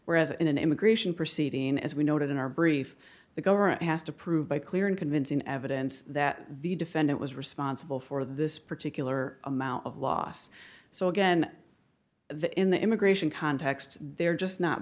whereas in an immigration proceeding as we noted in our brief the government has to prove by clear and convincing evidence that the defendant was responsible for this particular amount of loss so again the in the immigration context they're just not